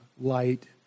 Light